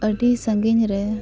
ᱟ ᱰᱤ ᱥᱟᱺᱜᱤᱧ ᱨᱮ